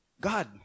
God